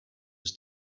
was